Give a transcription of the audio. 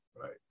Right